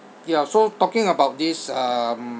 yeah so talking about this um